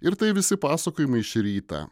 ir tai visi pasakojimai šį rytą